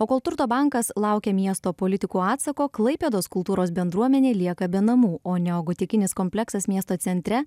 o kol turto bankas laukia miesto politikų atsako klaipėdos kultūros bendruomenė lieka be namų o neogotikinis kompleksas miesto centre